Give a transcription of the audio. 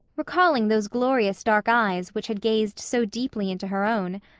recalling those glorious dark eyes which had gazed so deeply into her own,